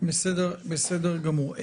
בסדר גמור.